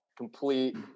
complete